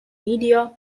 media